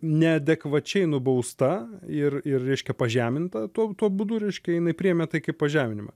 neadekvačiai nubausta ir ir reiškia pažeminta tuo tuo būdu reiškia jinai priėmė tai kaip pažeminimą